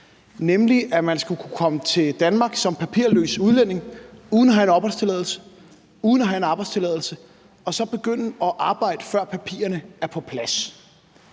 nemlig at man skal kunne komme til Danmark som papirløs udlænding uden at have en opholdstilladelse og uden at have en